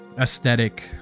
aesthetic